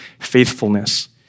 faithfulness